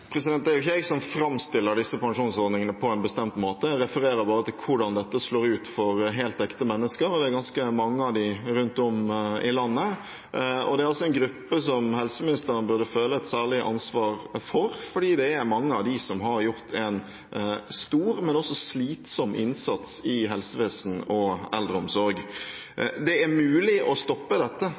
Det er ikke jeg som framstiller disse pensjonsordningene på en bestemt måte. Jeg refererer bare til hvordan dette slår ut for helt ekte mennesker, og det er ganske mange av dem rundt om i landet. Det er en gruppe som helseministeren burde føle et særlig ansvar for, for det er mange av dem som har gjort en stor, men også slitsom, innsats i helsevesen og eldreomsorg. Det er mulig å stoppe dette